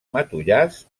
matollars